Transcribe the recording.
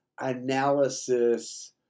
analysis